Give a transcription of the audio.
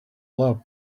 love